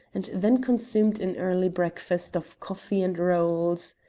and then consumed an early breakfast of coffee and rolls.